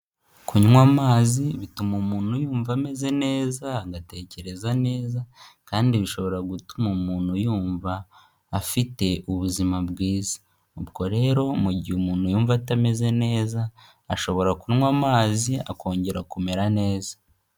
Kunywa amazi bituma umuntu yumva ameze neza, agatekereza neza kandi bishobora gutuma umuntu yumva afite ubuzima bwiza. Ubwo rero mu gihe umuntu yumva atameze neza, ashobora kunywa amazi akongera kumera neza.